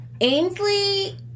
Ainsley